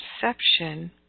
perception